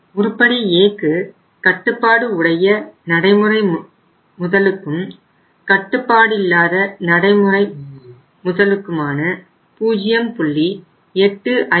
உருப்படி Aக்கு கட்டுப்பாடு உடைய நடைமுறை முதலுக்கும் கட்டுப்பாடில்லாத நடைமுறை முதலுக்குமான 0